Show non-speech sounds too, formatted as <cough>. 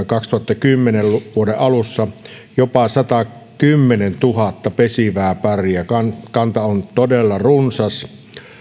<unintelligible> kaksituhattakymmenen alussa jopa satakymmentätuhatta pesivää paria kanta kanta on todella runsas